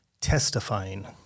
testifying